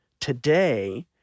today